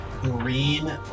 green